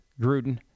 Gruden